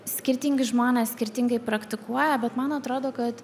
skirtingi žmonės skirtingai praktikuoja bet man atrodo kad